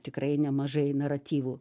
tikrai nemažai naratyvų